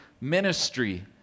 ministry